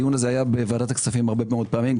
הדיון הזה היה בוועדת הכספים הרבה מאוד פעמים.